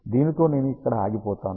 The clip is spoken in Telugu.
దీనితో నేను ఇక్కడ ఆగిపోతాను